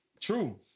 True